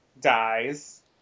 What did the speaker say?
dies